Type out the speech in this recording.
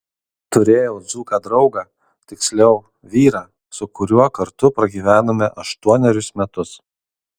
turėjau dzūką draugą tiksliau vyrą su kuriuo kartu pragyvenome aštuonerius metus